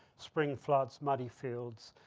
spring floods, muddy fields,